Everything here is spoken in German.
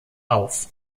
auf